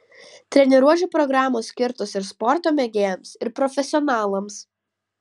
treniruočių programos skirtos ir sporto mėgėjams ir profesionalams